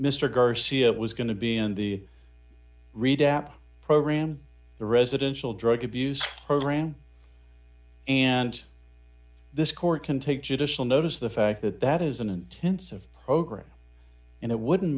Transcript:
mr garcia was going to be in the readout program the residential drug abuse program and this court can take judicial notice the fact that that is an intensive program and it wouldn't